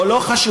או לא חשובה.